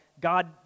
God